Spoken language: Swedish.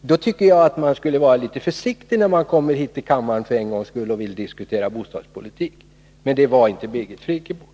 då tycker jag att hon skulle vara litet försiktig när hon för en gångs skull kommer till kammaren och diskuterar bostadspolitik. Men det är inte Birgit Friggebo.